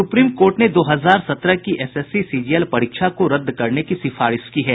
supreme court ने दो हजार सत्रह की एसएससी सीजीएल परीक्षा को रद्द करने की सिफारिश की है